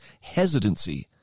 hesitancy